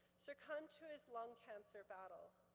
succumbed to his lung cancer battle.